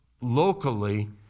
locally